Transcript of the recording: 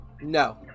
no